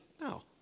No